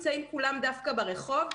נמצאים ברחוב.